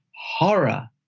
horror